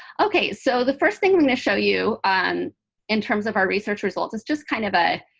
ok, so the first thing i'm going to show you on in terms of our research results is just kind of a